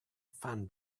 fan